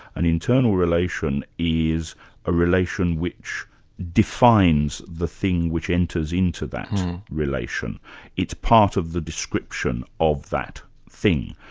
an internal relation is a relation which defines the thing which enters into that relation it's part of the description of that thing.